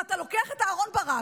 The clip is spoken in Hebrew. אתה לוקח את אהרן ברק,